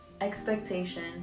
expectation